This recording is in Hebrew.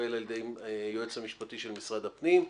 שהתקבל על ידי היועץ המשפטי של משרד הפנים.